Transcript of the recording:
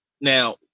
now